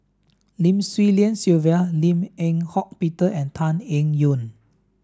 Lim Swee Lian Sylvia Lim Eng Hock Peter and Tan Eng Yoon